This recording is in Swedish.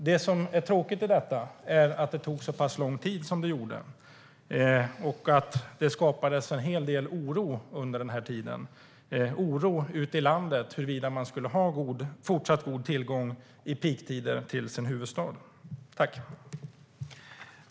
Det som är tråkigt i detta är att det tog så pass lång tid som det gjorde och att det skapades en hel del oro under tiden ute i landet huruvida man skulle ha fortsatt god tillgång till sin huvudstad vid peaktider.